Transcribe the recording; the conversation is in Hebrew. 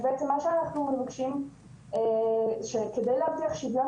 אז בעצם מה שאנחנו מבקשים זה שכדי להבטיח שוויון